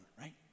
right